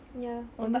ya but